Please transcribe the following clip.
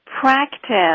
practice